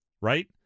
right